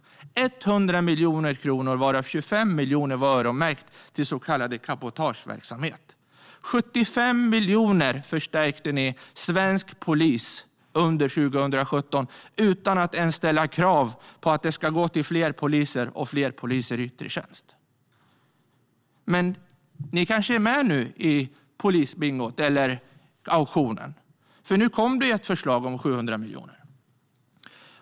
Det var 100 miljoner kronor, varav 25 miljoner var öronmärkta till så kallad cabotageverksamhet. Ni förstärkte svensk polis med 75 miljoner under 2017 utan att ens ställa krav på att de ska gå till fler poliser och fler poliser i yttre tjänst. Men ni kanske är med nu i polisbingot eller auktionen, för nu kom det ju ett förslag om 700 miljoner.